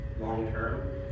long-term